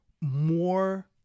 more